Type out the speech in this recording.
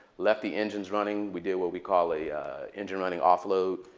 left the engines running. we did what we call a engine-running offload.